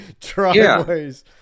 driveways